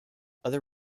other